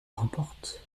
remporte